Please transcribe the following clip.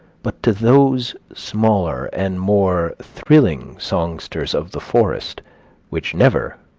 but to those smaller and more thrilling songsters of the forest which never,